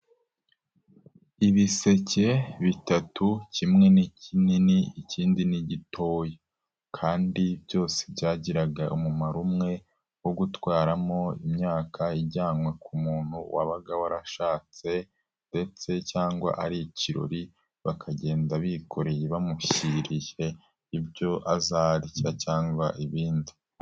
Ibiseke bitatu, kimwe n'kinini, ikindi ni gitoya kandi byose byagiraga umumaro umwe wo gutwaramo imyaka ijyanwa ku muntu wabaga warashatse ndetse cyangwa ari ikirori bakagenda bikoreye bamushyiriye ibyo azarya cyangwa ibindi.